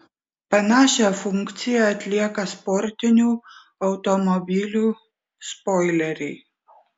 panašią funkciją atlieka sportinių automobilių spoileriai